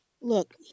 Look